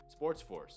Sportsforce